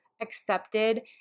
accepted